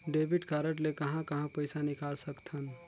Debit card ले कहां कहां पइसा निकाल सकथन?